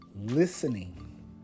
listening